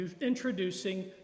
introducing